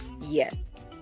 yes